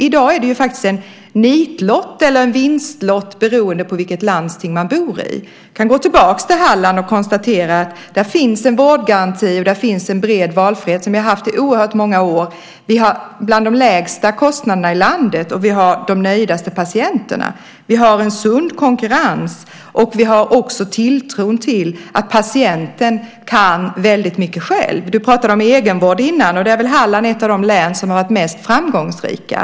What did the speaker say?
I dag drar man faktiskt en nitlott eller en vinstlott beroende på vilket landsting man bor i. I Halland finns en vårdgaranti och en bred valfrihet som vi har haft i många år. Våra kostnader är bland de lägsta i landet, och vi har de nöjdaste patienterna. Vi har en sund konkurrens och en tilltro till att patienten kan mycket själv. Jan Lindholm talade om egenvård. Där är väl Halland ett av de län som har varit framgångsrikast.